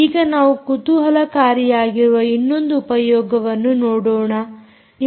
ಈಗ ನಾವು ಕುತೂಹಲಕಾರಿಯಾಗಿರುವ ಇನ್ನೊಂದು ಉಪಯೋಗವನ್ನು ನೋಡೋಣ